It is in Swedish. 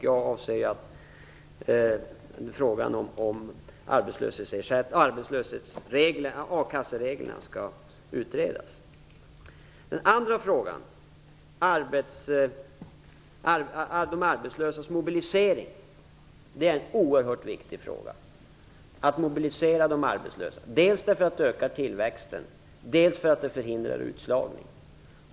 Jag anser också att reglerna i fråga om akassan skall utredas. Frågan om mobiliseringen av de arbetslösa är oerhört viktig. Det är oerhört viktigt med en sådan mobilisering dels för att öka tillväxten, dels för att förhindra en utslagning.